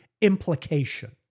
implication